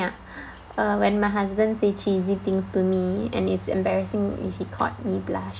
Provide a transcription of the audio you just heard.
when my husband say cheesy things to me and it's embarrassing if he caught me blush